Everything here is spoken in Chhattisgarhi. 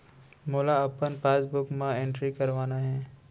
मोला अपन पासबुक म एंट्री करवाना हे?